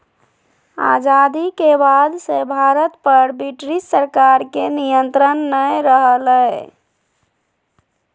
आजादी के बाद से भारत पर ब्रिटिश सरकार के नियत्रंण नय रहलय